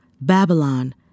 Babylon